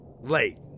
Late